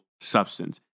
substance